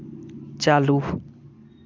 चालू